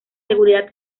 seguridad